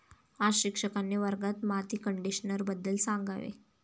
आज शिक्षकांनी वर्गात माती कंडिशनरबद्दल सांगावे